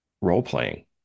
role-playing